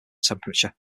temperature